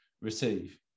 receive